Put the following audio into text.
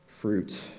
Fruit